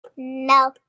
No